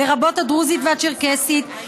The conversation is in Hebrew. לרבות הדרוזית והצ'רקסית,